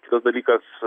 kitas dalykas